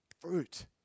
fruit